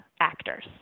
actors